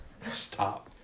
Stop